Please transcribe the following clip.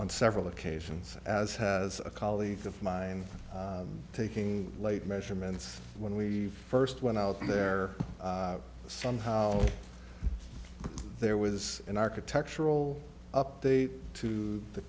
on several occasions as has a colleague of mine taking late measurements when we first went out there somehow there was an architectural update to the